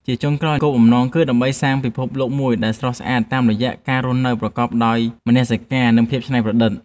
ជាចុងក្រោយ គោលបំណងគឺដើម្បីកសាងពិភពលោកមួយដែលស្រស់ស្អាតតាមរយៈការរស់នៅប្រកបដោយមនសិការ និងភាពច្នៃប្រឌិត។